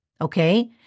Okay